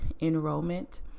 enrollment